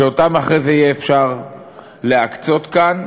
שאותם אחרי זה יהיה אפשר להקצות כאן,